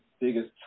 biggest